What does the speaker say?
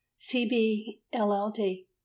C-B-L-L-D